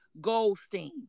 Goldstein